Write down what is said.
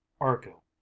Argo